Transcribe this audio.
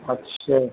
अच्छा